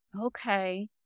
Okay